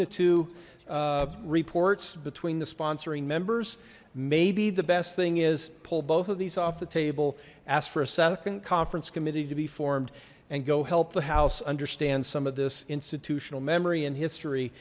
the two reports between the sponsoring members maybe the best thing is pull both of these off the table ask for a second conference committee to be formed and go help the house understand some of this institutional memory in history